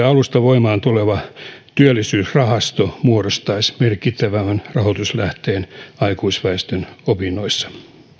alusta voimaan tuleva työllisyysrahasto muodostaisi merkittävämmän rahoituslähteen aikuisväestön opinnoissa